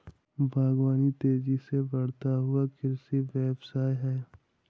बागवानी तेज़ी से बढ़ता हुआ कृषि व्यवसाय है